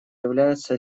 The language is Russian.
является